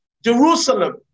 Jerusalem